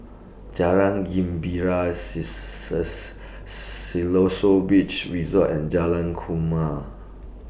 Jalan Gembira Siloso Beach Resort and Jalan Kuma